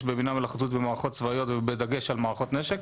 בבינה מלאכותית במערכות צבאיות ובדגש על מערכות נשק.